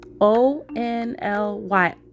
O-N-L-Y